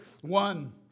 one